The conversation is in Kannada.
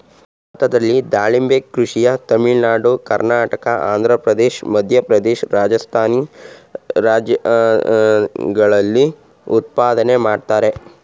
ಭಾರತದಲ್ಲಿ ದಾಳಿಂಬೆ ಕೃಷಿಯ ತಮಿಳುನಾಡು ಕರ್ನಾಟಕ ಆಂಧ್ರಪ್ರದೇಶ ಮಧ್ಯಪ್ರದೇಶ ರಾಜಸ್ಥಾನಿ ರಾಜ್ಯಗಳಲ್ಲಿ ಉತ್ಪಾದನೆ ಮಾಡ್ತರೆ